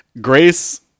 Grace